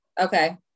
Okay